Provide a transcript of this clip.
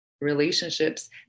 relationships